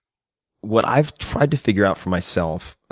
what i've tried to figure out for myself,